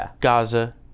Gaza